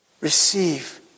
Receive